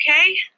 okay